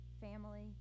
family